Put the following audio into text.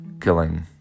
killing